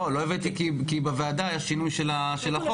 לא הבאתי כי בוועדה היה שינוי של החוק.